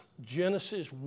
Genesis